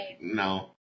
No